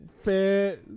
Fair